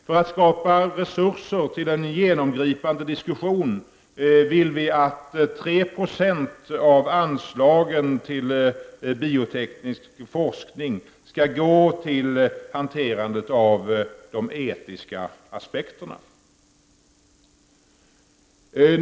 För att skapa resurser till en genomgripande diskussion vill vi att 3 96 av anslagen till bioteknisk forskning skall gå till hanterandet av de etiska aspekterna.